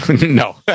No